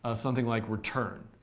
ah something like return.